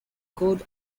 code